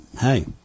hey